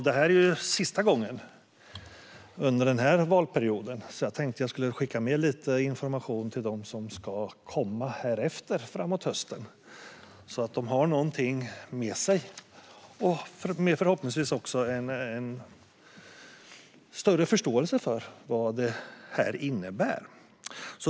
Detta är sista chansen under den här valperioden, så jag tänkte skicka med lite information till dem som ska komma härefter framåt hösten - så att de har någonting med sig och förhoppningsvis en större förståelse för vad detta innebär.